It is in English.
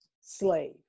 slave